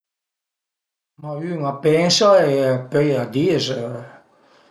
Ma ün a pensa e pöi a diz